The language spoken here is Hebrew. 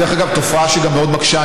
דרך אגב, זו תופעה שגם מאוד מקשה.